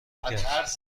کرد